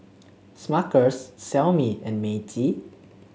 Smuckers Xiaomi and Meiji